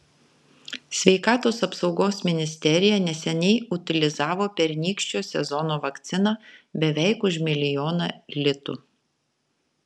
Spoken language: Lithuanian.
sveikatos apsaugos ministerija neseniai utilizavo pernykščio sezono vakciną beveik už milijoną litų